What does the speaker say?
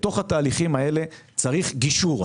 בתוך התהליכים האלה צריך גישור.